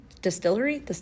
Distillery